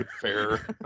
fair